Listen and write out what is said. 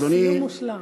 סיום מושלם.